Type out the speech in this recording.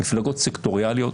מפלגות סקטוריאליות,